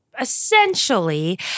essentially